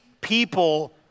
people